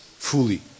fully